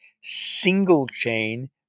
single-chain